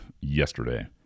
yesterday